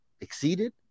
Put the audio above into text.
exceeded